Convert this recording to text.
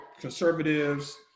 conservatives